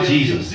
Jesus